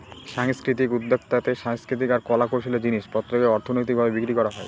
সাংস্কৃতিক উদ্যক্তাতে সাংস্কৃতিক আর কলা কৌশলের জিনিস পত্রকে অর্থনৈতিক ভাবে বিক্রি করা হয়